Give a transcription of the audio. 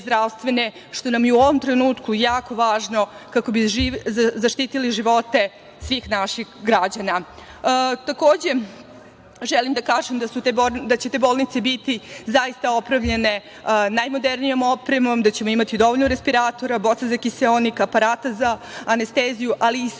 što nam je u ovom trenutku jako važno kako bi zaštitili živote svih naših građana. Takođe, želim da kažem da će te bolnice biti zaista opremljene najmodernijom opremom, da ćemo imati dovoljno respiratora, boca za kiseonik, aparata za anesteziju, ali i svega